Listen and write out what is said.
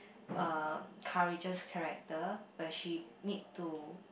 uh courageous character where she need to